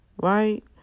Right